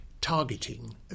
targeting